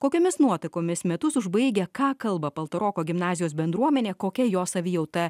kokiomis nuotaikomis metus užbaigia ką kalba paltaroko gimnazijos bendruomenė kokia jos savijauta